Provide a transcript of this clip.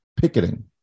picketing